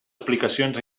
aplicacions